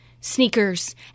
sneakers